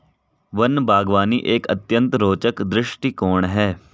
one बागवानी एक अत्यंत रोचक दृष्टिकोण है